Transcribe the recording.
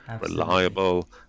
reliable